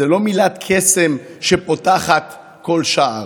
זו לא מילת קסם שפותחת כל שער,